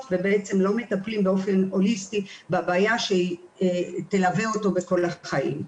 ובעצם לא מטפלים באופן הוליסטי בבעיה שתלווה אותו למשך כל החיים.